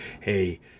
hey